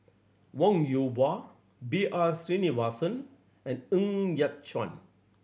Wong Yoon Wah B R Sreenivasan and Ng Yat Chuan